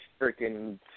freaking